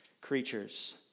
creatures